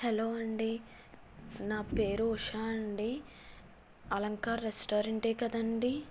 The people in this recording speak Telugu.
హలో అండీ నా పేరు ఉషా అండీ అలంకార్ రెస్టారెంటేకదండీ